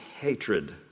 hatred